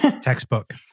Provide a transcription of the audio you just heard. Textbook